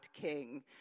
king